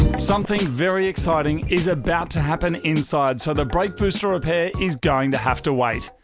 something very exciting is about to happen inside so the brake booster repair is going to have to wait.